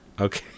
Okay